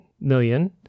million